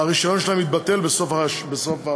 הרישיון שלהם יתבטל בסוף החודש.